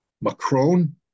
Macron